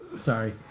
Sorry